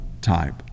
type